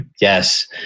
Yes